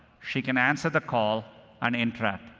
she can answer the call and interact.